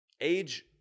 age